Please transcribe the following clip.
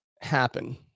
happen